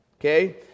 okay